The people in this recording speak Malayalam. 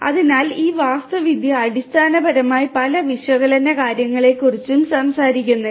അതിനാൽ ഈ വാസ്തുവിദ്യ അടിസ്ഥാനപരമായി പല വിശകലന കാര്യങ്ങളെക്കുറിച്ചും സംസാരിക്കുന്നില്ല